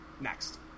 Next